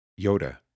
Yoda